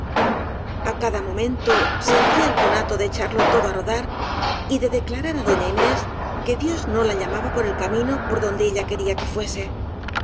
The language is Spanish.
á cada momento sentía el conato de echarlo todo á rodar y de declarar á doña inés que dios no la llamaba por el camino por donde ella quería que fuese